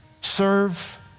serve